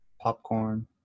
popcorn